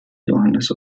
johannes